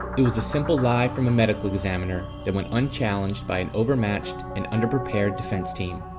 it was a simple lie from a medical examiner that went unchallenged by an overmatched and underprepared defense team.